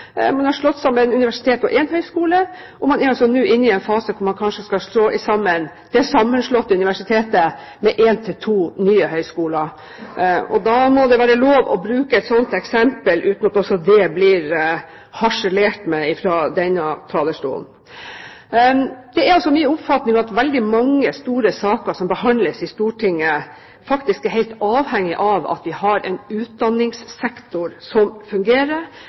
Man har slått sammen et universitet og en høyskole, og man er altså nå inne i en fase hvor man kanskje skal slå sammen det sammenslåtte universitet med en til to nye høyskoler. Og da må det være lov å bruke et sånt eksempel uten at også det blir harselert med fra denne talerstolen. Det er altså min oppfatning at veldig mange store saker som behandles i Stortinget, er helt avhengig av at vi har en utdanningssektor som fungerer,